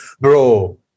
bro